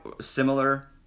similar